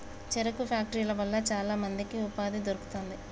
చెరుకు ఫ్యాక్టరీల వల్ల చాల మందికి ఉపాధి దొరుకుతాంది